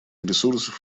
ресурсов